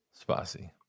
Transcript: spicy